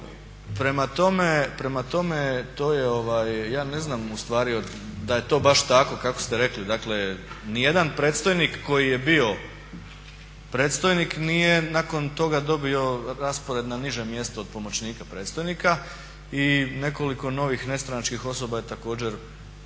Prema tome, to je, ja ne znam ustvari da je to baš tako kako ste rekli. Dakle ni jedan predstojnik koji je bio predstojnik nije nakon toga dobio raspored na niže mjesto od pomoćnika predstojnika i nekoliko novih nestranačkih osoba je također